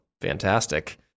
fantastic